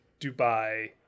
Dubai